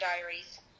Diaries